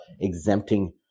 exempting